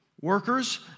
Workers